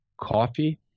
Coffee